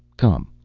come,